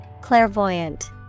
Clairvoyant